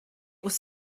was